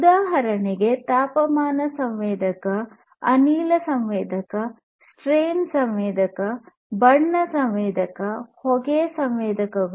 ಉದಾಹರಣೆಗಳು ತಾಪಮಾನ ಸಂವೇದಕ ಅನಿಲ ಸಂವೇದಕ ಸ್ಟ್ರೈನ್ ಸಂವೇದಕ ಬಣ್ಣ ಸಂವೇದಕ ಹೊಗೆ ಸಂವೇದಕಗಳು